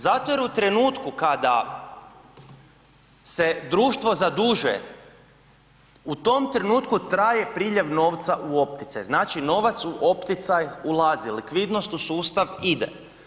Zato jer u trenutku kada se društvo zaduže u tom trenutku traje priljev novca u opticaj, znači novac u opticaj ulazi, likvidnost u sustav ide.